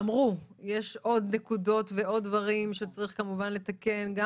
יש עוד נקודות ועוד דברים שצריך כמובן לתקן גם